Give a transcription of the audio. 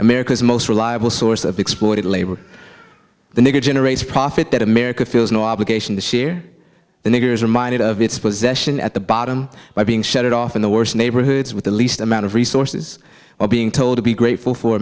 america's most reliable source of exploited labor the nigger generates profit that america feels no obligation to share the niggers reminded of its possession at the bottom by being shut it off in the worst neighborhoods with the least amount of resources while being told to be grateful for